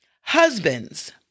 husbands